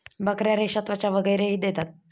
बकऱ्या रेशा, त्वचा वगैरेही देतात